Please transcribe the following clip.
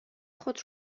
خود